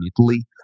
Italy